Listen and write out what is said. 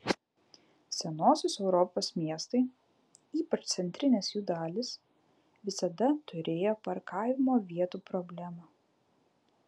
senosios europos miestai ypač centrinės jų dalys visada turėjo parkavimo vietų problemą